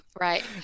Right